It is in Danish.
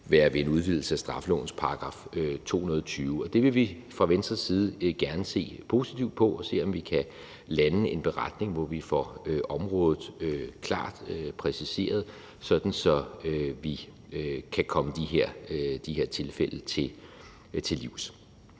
være ved en udvidelse af straffelovens § 220. Det vil vi fra Venstres side gerne se positivt på og se, om vi kan lande en beretning, hvor vi får området klart præciseret, sådan at vi kan komme de her tilfælde til livs.